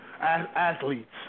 athletes